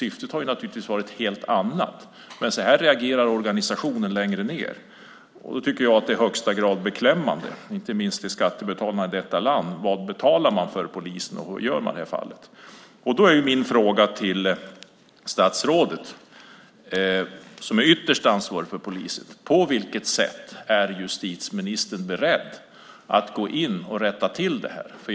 Syftet har naturligtvis varit ett helt annat. Men så här reagerar organisationen längre ned. Jag tycker att det är i högsta grad beklämmande, inte minst för skattebetalarna i detta land. Vad betalar man för polisen, och vad gör den i det här fallet? Då är min fråga till statsrådet, som är ytterst ansvarig för polisen: På vilket sätt är justitieministern beredd att gå in och rätta till det här?